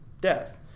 death